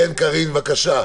קארין, בבקשה.